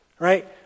Right